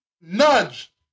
nudge